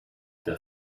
der